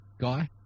guy